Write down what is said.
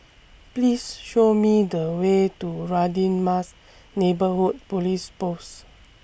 Please Show Me The Way to Radin Mas Neighbourhood Police Post